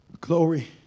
glory